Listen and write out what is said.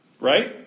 Right